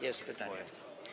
Jest pytanie.